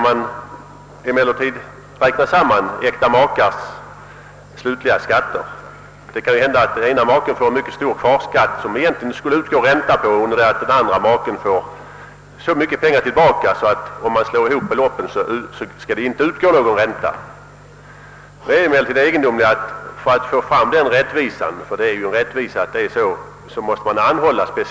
Men äkta makars slutliga skatter skall räknas samman. Den ena maken kanske har en mycket stor kvarskatt, som det i och för sig skall utgå ränta på, medan den andra maken får så mycket pengar tillbaka, att ingen ränta alls skulle utgå när beloppen slås ihop. Det egendomliga är emellertid, att man för att få denna rättvisa till stånd — ty det är ju en rättvisa — måste speciellt anhålla därom.